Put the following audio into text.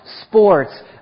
Sports